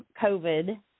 COVID